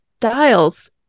styles